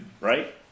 right